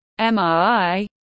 MRI